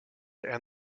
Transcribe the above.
and